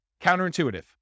Counterintuitive